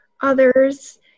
others